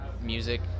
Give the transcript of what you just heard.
music